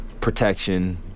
protection